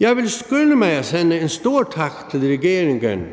Jeg vil skynde mig at sende en stor tak til regeringen